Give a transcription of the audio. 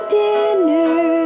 dinner